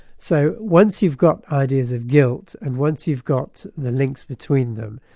so once you've got ideas of guilt and once you've got the links between them,